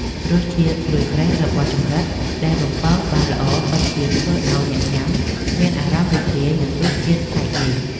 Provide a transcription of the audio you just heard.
រសជាតិស្រួយស្រេះរបស់ចង្រិតដែលបំពងបានល្អពិតជាធ្វើឱ្យអ្នកញ៉ាំមានអារម្មណ៍រីករាយនឹងរសជាតិប្លែកនេះ។